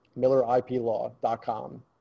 milleriplaw.com